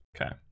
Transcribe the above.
okay